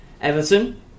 Everton